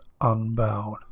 unbowed